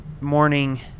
morning